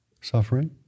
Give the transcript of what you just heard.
suffering